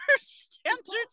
standards